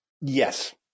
Yes